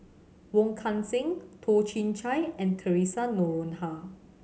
Wong Kan Seng Toh Chin Chye and Theresa Noronha